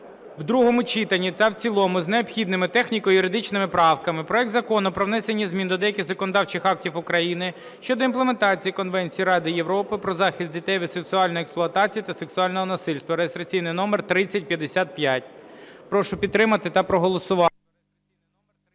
в другому читанні та в цілому з необхідними техніко-юридичними правками проект Закону про внесення змін до деяких законодавчих актів України щодо імплементації Конвенції Ради Європи про захист дітей від сексуальної експлуатації та сексуального насильства (реєстраційний номер 3055). Прошу підтримати та проголосувати.